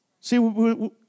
See